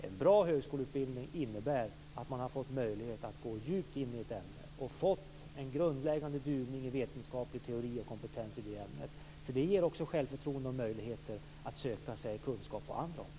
En bra högskoleutbildning innebär att man har fått möjlighet att gå djupt in i ett ämne och fått en grundläggande duvning i vetenskaplig teori och kompetens i det ämnet. Det ger också självförtroende och möjligheter att söka sig kunskap på andra områden.